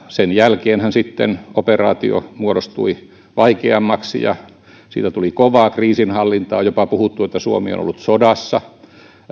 sen jälkeenhän sitten operaatio muodostui vaikeammaksi ja siitä tuli kovaa kriisinhallintaa on jopa puhuttu että suomi on ollut sodassa